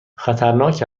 خطرناک